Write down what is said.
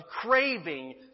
craving